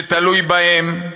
שתלוי בהם,